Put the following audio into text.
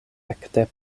ekde